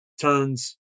turns